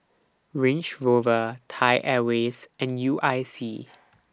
Range Rover Thai Airways and U I C